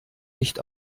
nicht